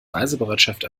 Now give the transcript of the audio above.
reisebereitschaft